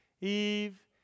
Eve